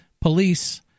police